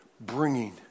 bringing